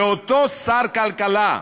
ואותו שר כלכלה,